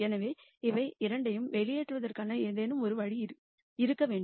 எனவே அவை இரண்டையும் வெளியேற்றுவதற்கு ஏதேனும் ஒரு வழி இருக்க வேண்டும்